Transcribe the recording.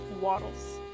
Waddles